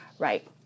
Right